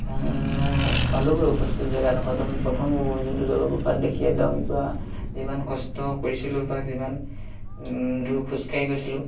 পালোগে উপস্থিত জেগাডখৰ প্ৰথম যোনটো জলপ্ৰপাত দেখি একদম পূৰা যিমান কষ্ট কৰিছিলোঁ বা যিমান দূৰ খোজকাঢ়ি গৈছিলোঁ